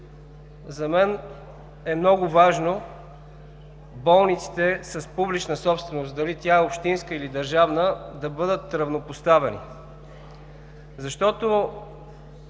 За мен е много важно болниците с публична собственост – дали тя е общинска, или държавна да бъдат равнопоставени, защото